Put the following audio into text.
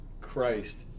Christ